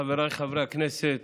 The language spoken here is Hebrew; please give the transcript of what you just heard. חבריי חברי הכנסת,